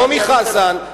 נעמי חזן,